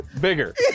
bigger